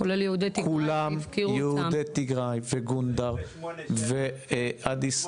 כולם יהודי טיגריי וגונדר, ואדיס.